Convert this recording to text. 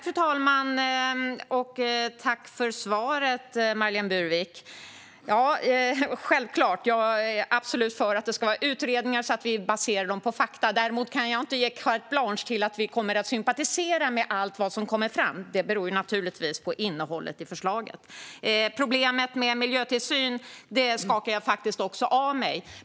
Fru talman! Tack för svaret, Marlene Burwick! Jag är självklart för att det ska göras utredningar så att vi baserar förslagen på fakta - absolut. Däremot kan jag inte ge carte blanche för att vi kommer att sympatisera med allt som kommer fram. Det beror naturligtvis på innehållet i förslagen. Kritiken när det gäller miljötillsyn skakar jag av mig.